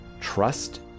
Trust